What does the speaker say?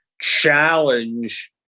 challenge